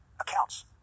accounts